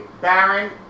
Baron